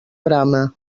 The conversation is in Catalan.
brama